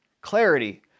clarity